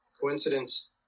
coincidence